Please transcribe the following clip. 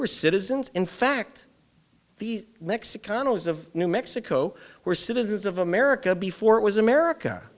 were citizens in fact the mexicanos of new mexico were citizens of america before it was america